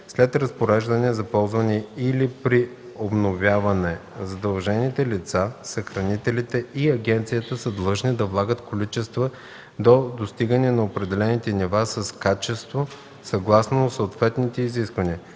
след разпореждане за ползване или при обновяване задължените лица, съхранителите и агенцията са длъжни да влагат количества до достигане на определените нива с качество съгласно съответните изисквания.